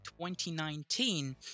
2019